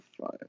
five